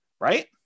right